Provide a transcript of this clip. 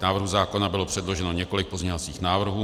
K návrhu zákona bylo předloženo několik pozměňovacích návrhů.